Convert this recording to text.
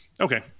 Okay